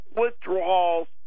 withdrawals